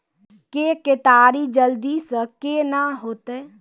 के केताड़ी जल्दी से के ना होते?